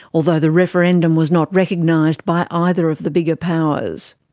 although the referendum was not recognised by either of the bigger powers.